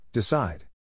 Decide